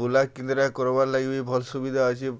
ବୁଲା କିନ୍ଦ୍ରା କର୍ବାର୍ ଲାଗି ବି ଭଲ୍ ସୁବିଧା ଅଛେ